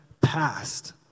past